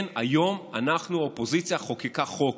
כן, היום אנחנו, האופוזיציה חוקקה חוק,